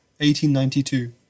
1892